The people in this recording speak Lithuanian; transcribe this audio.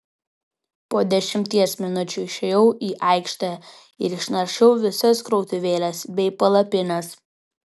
po dešimties minučių išėjau į aikštę ir išnaršiau visas krautuvėles bei palapines